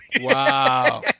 Wow